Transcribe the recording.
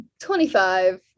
25